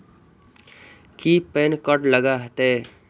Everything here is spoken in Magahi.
की पैन कार्ड लग तै?